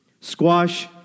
squash